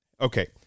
Okay